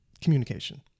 Communication